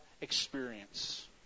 experience